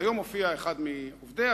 והיום הופיע אחד מעובדיה,